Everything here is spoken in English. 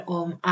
om